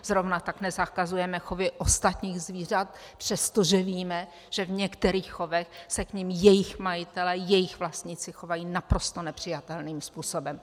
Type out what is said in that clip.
Zrovna tak nezakazujeme chovy ostatních zvířat, přestože víme, že v některých chovech se k nim jejich majitelé, jejich vlastníci chovají naprosto nepřijatelným způsobem.